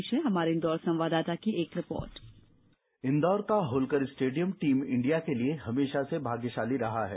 पेश है हमारे इन्दौर संवाददाता की रिपोर्ट इंदौर का होलकर स्टेडियम टीम इंडिया के लिए हमेषा से भाग्यषाली रहा है